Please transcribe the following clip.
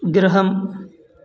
गृहम्